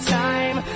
time